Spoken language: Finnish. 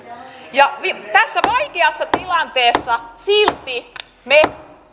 ja tässä vaikeassa tilanteessa me